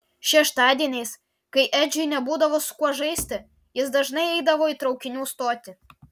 šeštadieniais kai edžiui nebūdavo su kuo žaisti jis dažnai eidavo į traukinių stotį